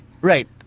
Right